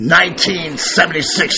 1976